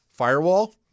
firewall